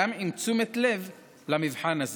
גם עם תשומת לב למבחן הזה.